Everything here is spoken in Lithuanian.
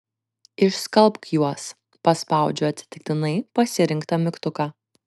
išskalbk juos paspaudžiu atsitiktinai pasirinktą mygtuką